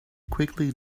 quickly